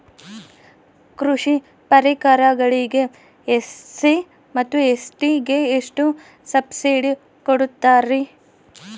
ಕೃಷಿ ಪರಿಕರಗಳಿಗೆ ಎಸ್.ಸಿ ಮತ್ತು ಎಸ್.ಟಿ ಗೆ ಎಷ್ಟು ಸಬ್ಸಿಡಿ ಕೊಡುತ್ತಾರ್ರಿ?